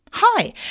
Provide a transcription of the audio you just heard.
Hi